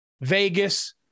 Vegas